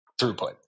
throughput